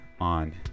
on